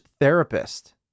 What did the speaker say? therapist